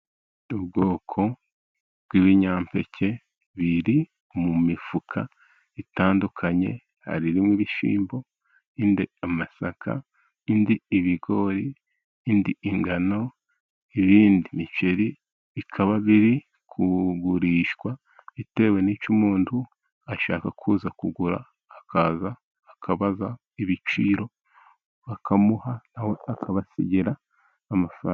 Ubwoko bw'ibinyampeke biri mu mifuka itandukanye, harimo ibishyimbo, indi amasaka, indi ibigori, indi ingano, ibindi imiceri, bikaba biri kugurishwa, bitewe n'icyo umuntu ashaka kuza kugura, akaza akabaza ibiciro, bakamuha akabasigira amafaranga.